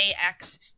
ax